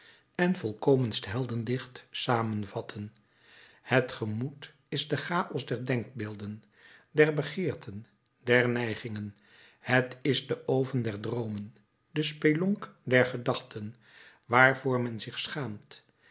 en volkomenst heldendicht samenvatten het gemoed is de chaos der denkbeelden der begeerten der neigingen het is de oven der droomen de spelonk der gedachten waarvoor men zich schaamt